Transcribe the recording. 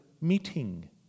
meeting